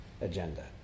agenda